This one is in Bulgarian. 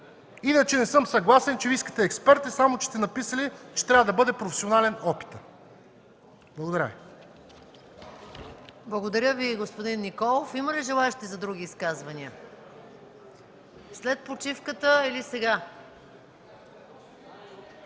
Иначе не съм съгласен, че Вие искате експерти, само че сте написали, че трябва да бъде професионален опитът. Благодаря Ви. ПРЕДСЕДАТЕЛ МАЯ МАНОЛОВА: Благодаря Ви, господин Николов. Има ли желаещи за други изказвания? След почивката или сега?